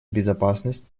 безопасность